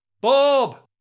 Bob